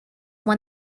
won